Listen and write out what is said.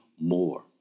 more